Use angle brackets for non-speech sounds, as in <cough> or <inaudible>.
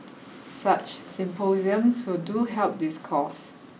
such symposiums <unintelligible> do help this cause